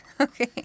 Okay